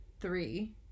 three